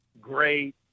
great